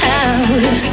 out